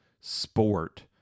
sport